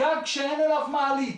גג שאין עליו מעלית,